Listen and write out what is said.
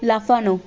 লাফানো